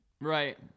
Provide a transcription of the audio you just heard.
right